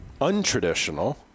untraditional